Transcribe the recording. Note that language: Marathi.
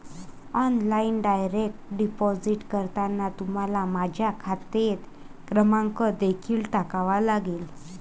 ऑनलाइन डायरेक्ट डिपॉझिट करताना तुम्हाला माझा खाते क्रमांक देखील टाकावा लागेल